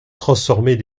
transformer